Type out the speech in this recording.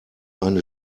eine